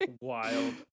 Wild